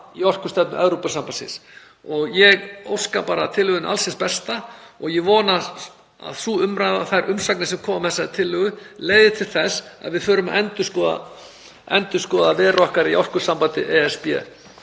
í orkustefnu Evrópusambandsins. Ég óska bara tillögunni alls hins besta og ég vona að sú umræða og þær umsagnir sem koma með þessari tillögu leiði til þess að við förum að endurskoða veru okkar í orkusambandi ESB.